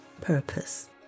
purpose